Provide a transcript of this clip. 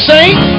Saint